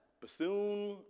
bassoon